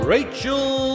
Rachel